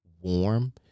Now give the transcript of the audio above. warm